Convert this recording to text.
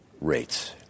rates